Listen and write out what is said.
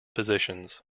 positions